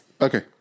Okay